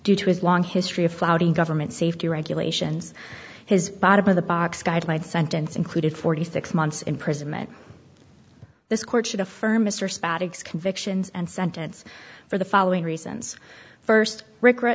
due to his long history of flouting government safety regulations his bottom of the box guideline sentence included forty six months imprisonment this court should affirm mr spags convictions and sentence for the following reasons first regret